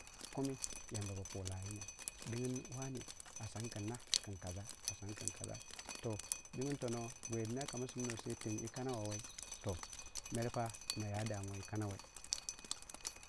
Kummi yamba ba pu lawugya dingin wane a sankinna kin kasa kin kasa toh dingin tono gweiidina kama siminuwei sai teng yii kana woo wei toh merpa maya yi kanawe chikami.